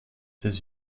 états